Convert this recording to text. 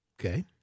Okay